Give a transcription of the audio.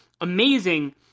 amazing